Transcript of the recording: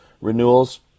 renewals